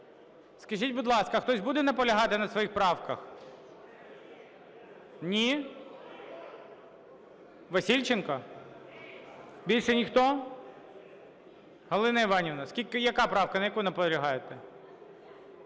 Скажіть, будь ласка, хтось буде наполягати на своїх правках? Ні? Васильченко. Більше ніхто? Галина Іванівна, яка правка, на яку наполягаєте?